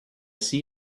see